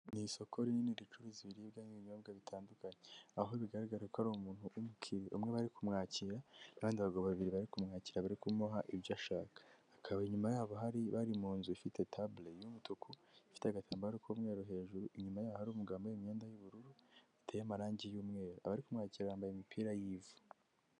Ni isoko rinini ricuruza ibiribwa n'ibinyobwa bitandukanye aho bigaragara ko ari umuntu w'umukiriya umwe bari kumwakira n'abandi bagabo babiri bari kumwakira bari kumuha ibyo ashaka, hakaba inyuma yabo hari bari mu nzu ifite tabure y'umutuku ifite agatambaro k'umweru hejuru inyuma yaho ari umugabo wambaye imyenda y'ubururu iteye amarangi y'umweru, abari kumwakira bambaye imipira y'ivu.